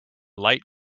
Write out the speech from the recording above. light